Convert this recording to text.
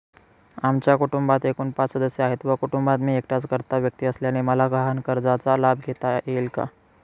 आमच्या कुटुंबात एकूण पाच सदस्य आहेत व कुटुंबात मी एकटाच कर्ता व्यक्ती असल्याने मला वाहनकर्जाचा लाभ घेता येईल का?